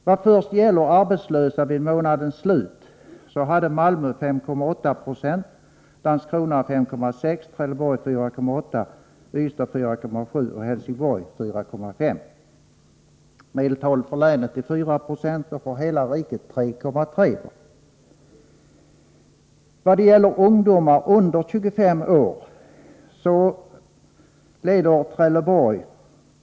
När det gäller ungdomar under 25 år leder Trelleborg med 8,9 20. Sedan följer Ystad med 8,3 26 samt Malmö och Helsingborg med 7,2 20.